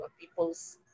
people's